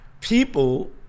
people